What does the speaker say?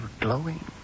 glowing